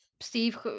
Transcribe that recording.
Steve